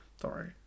Sorry